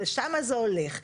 לשם זה הולך.